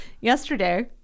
yesterday